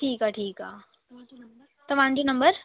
ठीकु आहे ठीकु आहे तव्हांजो नंबर